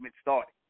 started